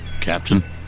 Captain